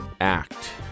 act